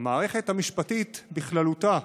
המערכת המשפטית בכללותה,